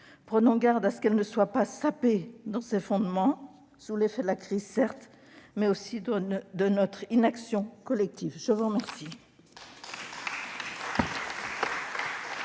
Prenons garde à ce qu'elle ne soit pas sapée dans ses fondements, sous l'effet non seulement de la crise mais aussi de notre inaction collective. Je suis saisie,